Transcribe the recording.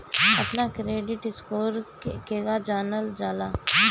अपना credit score केगा जानल जा सकेला?